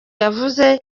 yavuze